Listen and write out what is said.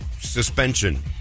suspension